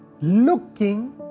Looking